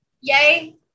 Yay